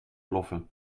ploffen